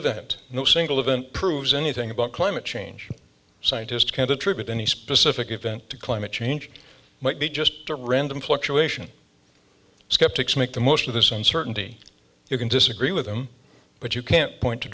event no single event proves anything about climate change scientists can't attribute any specific event to climate change might be just a random fluctuation skeptics make the most of this uncertainty you can disagree with them but you can't point to